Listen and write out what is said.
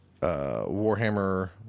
Warhammer